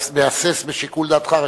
מהסס באשר לשיקול דעתך,